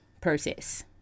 process